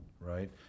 right